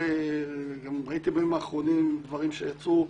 ראיתי בימים האחרונים דברים שיצאו.